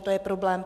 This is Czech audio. To je problém.